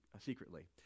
secretly